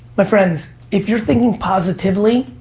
my friends, if you're thinking positively,